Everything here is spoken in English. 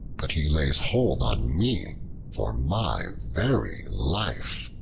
but he lays hold on me for my very life.